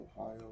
Ohio